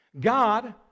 God